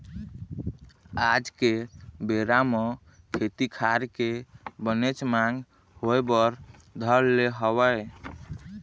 आज के बेरा म खेती खार के बनेच मांग होय बर धर ले हवय